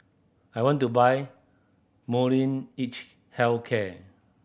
I want to buy Health Care